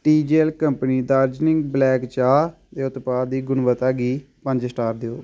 T G L company Darjeeling black चाह् दे उत्पाद दी गुणवत्ता गी पंज स्टार देओ